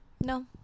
No